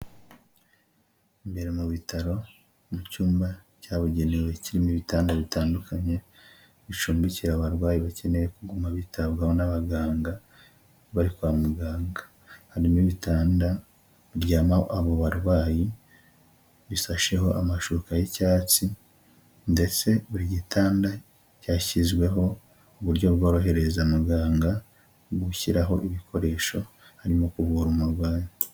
Imbere mu bitaro, mu cyumba cyabugenewe kirimo ibitanda bitandukanye, bicumbikira abarwayi bakeneye kuguma bitabwaho n'abaganga, bari kwa muganga. Harimo ibitanda biryamaho abo barwayi; bisasheho amashuka y'icyatsi, ndetse buri gitanda cyashyizweho uburyo bworohereza muganga, gushyiraho ibikoresho, arimo kuvura umurwayi.